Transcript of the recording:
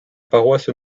paroisse